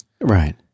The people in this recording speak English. Right